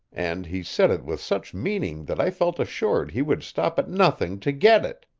and he said it with such meaning that i felt assured he would stop at nothing to get it.